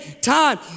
time